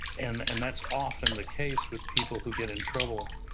and and that's often the case with people who get in trouble,